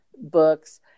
books